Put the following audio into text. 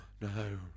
No